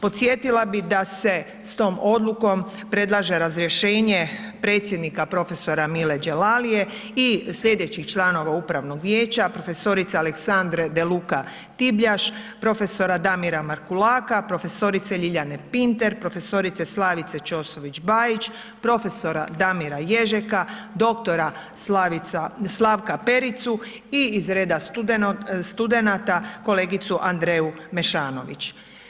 Podsjetila bi da se s tom odlukom predlaže razrješenje predsjednika profesora Mile Đelalije i sljedećih članova Upravnog vijeća, profesorice Aleksandre Deluka Tibljaš, profesora Damira Markulaka, profesorice Ljiljane Pinter, profesorice Slavice Ćosović Bajić, profesora Damira Ježeka, doktora Slavka Pericu i iz reda studenata kolegicu Andrea Mešanović.